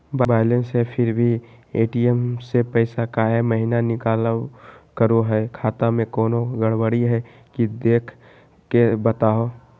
Balance है फिर भी भी ए.टी.एम से पैसा काहे महिना निकलब करो है, खाता में कोनो गड़बड़ी है की देख के बताहों?